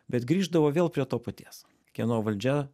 bet grįždavo vėl prie to paties kieno valdžia